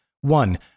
One